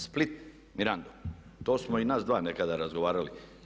Split, Mirando to smo i nas dva nekada razgovarali.